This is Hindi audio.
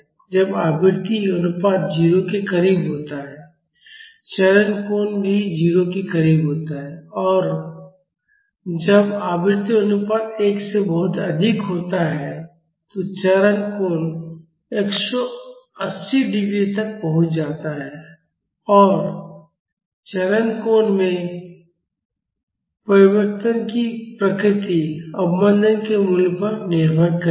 जब आवृत्ति अनुपात 0 के करीब होता है चरण कोण भी 0 के करीब होता है और जब आवृत्ति अनुपात 1 से बहुत अधिक होता है तो चरण कोण 180 डिग्री तक पहुंच जाता है और चरण कोण में परिवर्तन की प्रकृति अवमंदन के मूल्य पर निर्भर करेगी